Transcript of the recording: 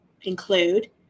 include